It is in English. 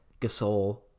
Gasol